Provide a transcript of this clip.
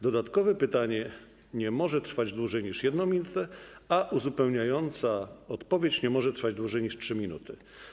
Dodatkowe pytanie nie może trwać dłużej niż 1 minutę, a uzupełniająca odpowiedź nie może trwać dłużej niż 3 minuty.